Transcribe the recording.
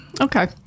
Okay